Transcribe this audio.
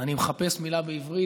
ואני מחפש מילה בעברית.